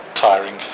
Tiring